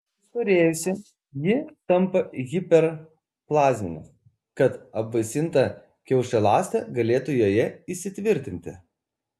sustorėjusi ji tampa hiperplazinė kad apvaisinta kiaušialąstė galėtų joje įsitvirtinti